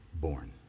born